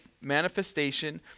manifestation